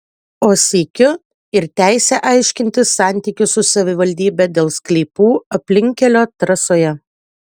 o sykiu ir teisę aiškintis santykius su savivaldybe dėl sklypų aplinkkelio trasoje